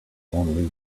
only